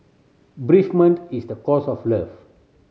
bereavement is the cost of love